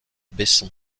besson